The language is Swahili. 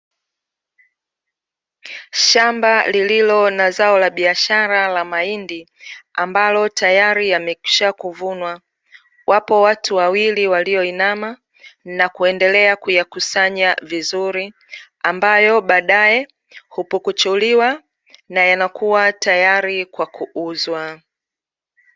Shamba lililo na zao la biashara la mahindi ambalo tayari yamekwisha kuvunwa, wapo watu wawili walioinama na kuendelea kuyakusanya vizuri ambayo baadae hupukuchuliwa na yanakuwa tayari kwa kuuzwa.